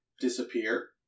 disappear